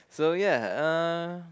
so ya uh